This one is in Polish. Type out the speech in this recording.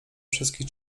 wszystkich